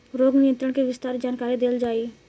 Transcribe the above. रोग नियंत्रण के विस्तार जानकरी देल जाई?